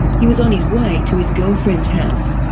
he was on his way to his girlfriend's house.